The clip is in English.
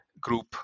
group